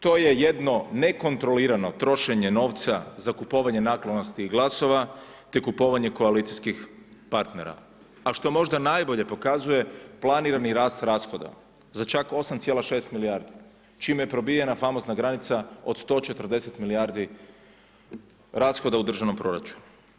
To je jedno nekontrolirano trošenje novca za kupovanje naklonosti i glasova, te kupovanje koalicijskih partnera, a što možda najbolje pokazuje planirani rast rashoda za čak 8,6 milijardi, čime je probijena famozna granica od 140 milijardi rashoda u državnom proračunu.